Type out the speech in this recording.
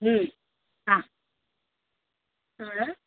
हा आ